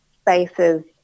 spaces